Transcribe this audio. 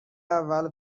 اول